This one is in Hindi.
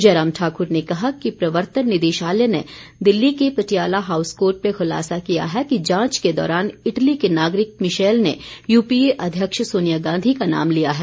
जयराम ठाकुर ने कहा कि प्रवर्तन निदेशालय ने दिल्ली के पटियाला हाऊसकोर्ट में ख्लासा किया है कि जांच के दौरान इटली के नागरिक मिशैल ने यूपीए अध्यक्ष सोनिया गांधी का नाम लिया है